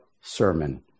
sermon